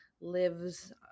lives